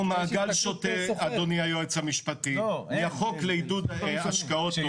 מעגל שוטף -- כשידונו בחוק לעידוד השקעות הון